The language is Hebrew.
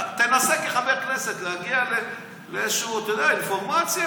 תנסה כחבר כנסת להגיע לאיזושהי אינפורמציה,